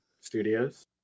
Studios